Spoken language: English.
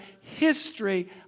history